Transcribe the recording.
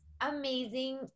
amazing